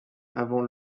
avant